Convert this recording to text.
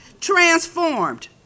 transformed